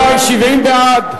70 בעד,